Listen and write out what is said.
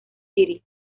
city